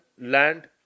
land